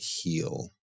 heal